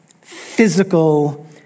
physical